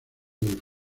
del